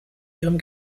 ihrem